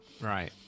Right